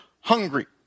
hungry